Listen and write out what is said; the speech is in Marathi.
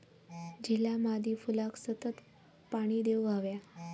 झिला मादी फुलाक सतत पाणी देवक हव्या